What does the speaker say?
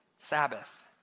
sabbath